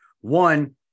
One